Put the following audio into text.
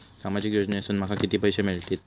सामाजिक योजनेसून माका किती पैशे मिळतीत?